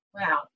Wow